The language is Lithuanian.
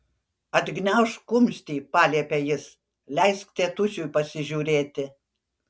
atgniaužk kumštį paliepė jis leisk tėtušiui pasižiūrėti